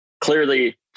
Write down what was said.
Clearly